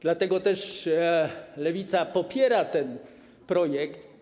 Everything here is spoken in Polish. Dlatego też Lewica popiera ten projekt.